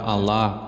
Allah